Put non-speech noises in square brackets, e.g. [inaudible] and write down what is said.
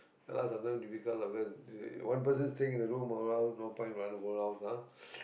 ya lah sometime difficult lah because [noise] one person staying in the room around no point wanna go round lah